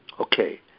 Okay